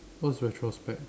what's retrospect